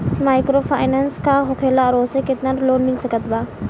Microfinance का होखेला और ओसे केतना लोन मिल सकत बा?